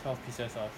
twelve pieces of